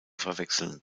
verwechseln